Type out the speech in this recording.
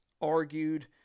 argued